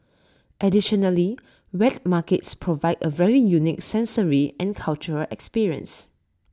additionally wet markets provide A very unique sensory and cultural experience